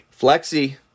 Flexi